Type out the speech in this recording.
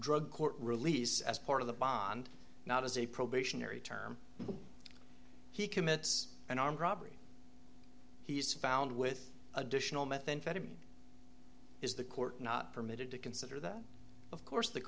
drug court release as part of the bond not as a probationary term he commits an armed robbery he's found with additional methamphetamine is the court not permitted to consider that of course the